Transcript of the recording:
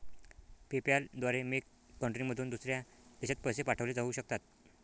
PayPal द्वारे मेक कंट्रीमधून दुसऱ्या देशात पैसे पाठवले जाऊ शकतात